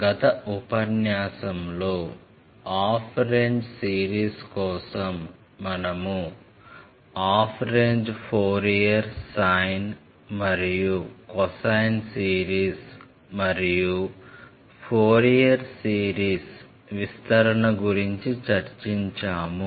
గత ఉపన్యాసంలో half range series కోసం మనము హాఫ్ రేంజ్ ఫోరియర్ సైన్ మరియు కొసైన్ సిరీస్ మరియు ఫోరియర్ సిరీస్ విస్తరణ గురించి చర్చించాము